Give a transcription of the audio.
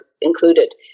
included